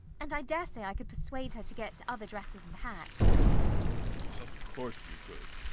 and i dare say i could persuade her to get other dresses and hats of course you could.